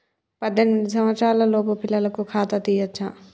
పద్దెనిమిది సంవత్సరాలలోపు పిల్లలకు ఖాతా తీయచ్చా?